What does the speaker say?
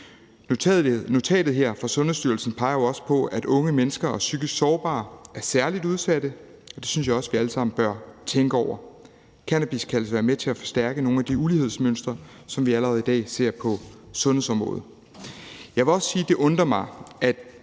Notatet fra Sundhedsstyrelsen peger også på, at unge mennesker og psykisk sårbare er særlig udsatte, og det synes jeg også vi alle sammen bør tænke over. Cannabis kan altså være med til at forstærke nogle af de ulighedsmønstre, som vi allerede i dag ser på sundhedsområdet. Jeg vil også sige, at det i